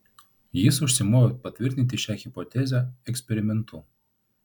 jis užsimojo patvirtinti šią hipotezę eksperimentu